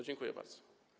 Dziękuję bardzo.